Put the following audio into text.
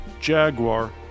Jaguar